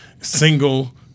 single